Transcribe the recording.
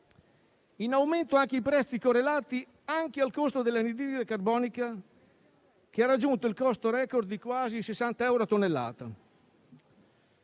in aumento anche i prezzi correlati al costo dell'anidride carbonica, che ha raggiunto il *record* di quasi 60 euro a tonnellata.